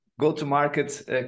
go-to-market